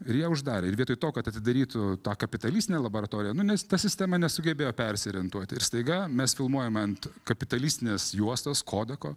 ir ją uždarė ir vietoj to kad atidarytų tą kapitalistinę laboratoriją nu nes ta sistema nesugebėjo persiorientuoti ir staiga mes filmuojam ant kapitalistinės juostos kodako